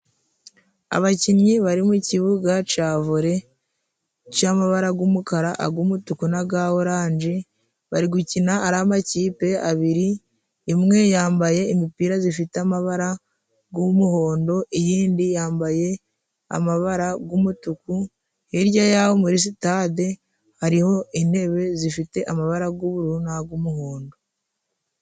Abakinnyi bari mukibuga cya vore cy'amabara y'umukara ay'umutuku n'aya oranje, bari gukina ari amakipe abiri. Imwe yambaye imipira ifite amabara y'umuhondo, iyindi yambaye amabara y'umutuku. Hirya yaho muri sitade hariho intebe zifite amabara y'ubururu n'ay'umuhondo.